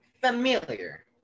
familiar